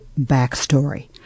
backstory